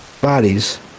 bodies